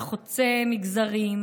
שחוצה מגזרים,